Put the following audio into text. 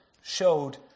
showed